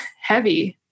heavy